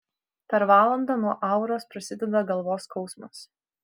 per valandą nuo auros prasideda galvos skausmas